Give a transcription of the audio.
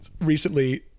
recently